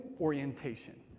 orientation